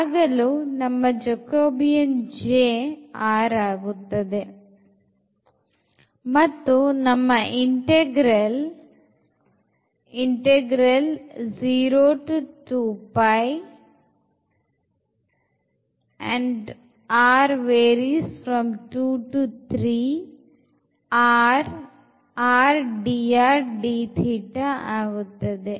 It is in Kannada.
ಆಗ jacobian ಆಗುತ್ತದೆ